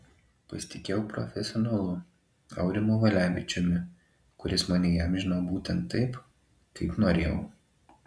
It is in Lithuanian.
pasitikėjau profesionalu aurimu valevičiumi kuris mane įamžino būtent taip kaip norėjau